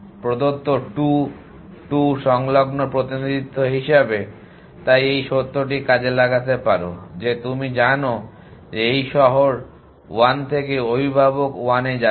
প্রদত্ত 2 2 সংলগ্ন প্রতিনিধিত্ব হিসাবে তুমি এই সত্যটি কাজে লাগাতে পারো যে তুমি জানো যে এই শহর 1 থেকে অভিভাবক 1 তে যাচ্ছেন